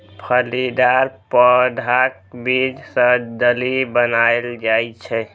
फलीदार पौधाक बीज सं दालि बनाएल जाइ छै